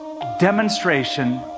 demonstration